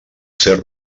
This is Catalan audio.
ser